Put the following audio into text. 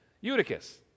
Eutychus